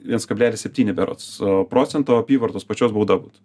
viens kablelis septyni berods procento apyvartos pačios bauda būtų